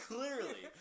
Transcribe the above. Clearly